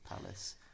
Palace